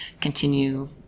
continue